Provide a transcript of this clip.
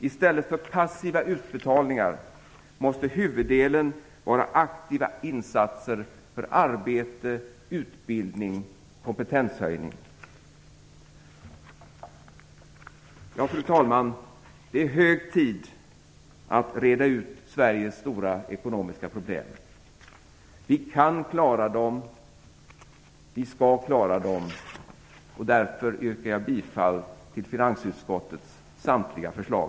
I stället för passiva utbetalningar måste huvuddelen vara aktiva insatser för arbete, utbildning och kompentenshöjning. Fru talman! Det är hög tid att reda ut Sveriges stora ekonomiska problem. Vi kan klara av dem och vi skall klara av dem. Därför yrkar jag bifall till finansutskottets samtliga förslag.